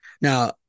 Now